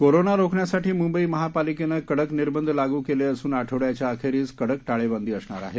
corona रोखण्यासाठी मुंबई महापालिकेने कडक निर्बंध लागू केले असून आठवड्याच्या अखेरीस कडक टाळेबंदी असणार आहे